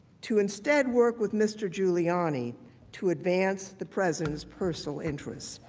to instead work with mr. giuliani to advance the president's personal interests.